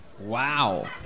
wow